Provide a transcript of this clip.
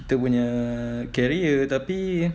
kita punya career tapi